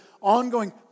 ongoing